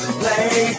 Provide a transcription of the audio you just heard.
play